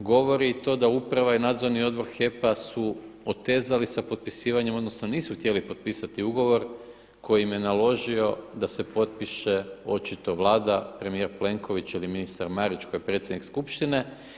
govori i to da uprava i Nadzorni odbor HEP-a su otezali sa potpisivanjem, odnosno nisu htjeli potpisati ugovor koji im je naložio da se potpiše očito Vlada, premijer Plenković ili ministar Marić koji je predsjednik Skupštine.